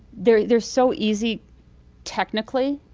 they're they're so easy technically.